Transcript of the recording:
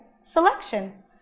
selection